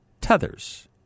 tethers